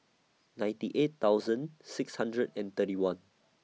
ninety eight thousand six hundred and thirty one